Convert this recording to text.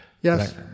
Yes